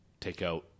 takeout